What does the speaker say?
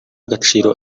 agaciro